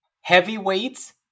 Heavyweights